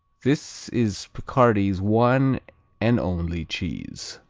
this is picardy's one and only cheese.